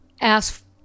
Ask